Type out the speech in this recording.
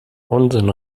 unsinn